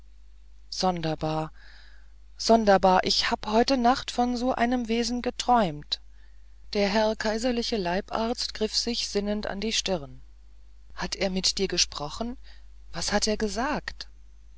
sonderbar sonderbar ich hab heute nacht von so einem wesen geträumt der herr kaiserliche leibarzt griff sich sinnend an die stirn hat er mit dir gesprochen was hat er gesagt